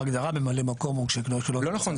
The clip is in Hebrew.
בהגדרה ממלא מקום הוא כש --- לא נכון,